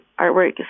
artwork